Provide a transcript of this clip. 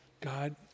God